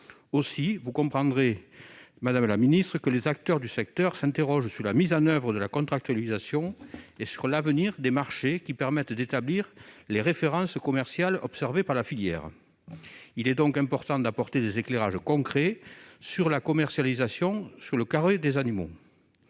Aussi, vous comprendrez, madame la secrétaire d'État, que les acteurs du secteur s'interrogent sur la mise en oeuvre de la contractualisation et sur l'avenir des marchés qui permettent d'établir les références commerciales observées par la filière. Il est donc important d'apporter des éclairages concrets sur la commercialisation sur le carreau des animaux.